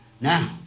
Now